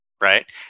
right